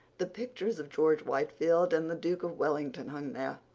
the pictures of george whitefield and the duke of wellington hung there,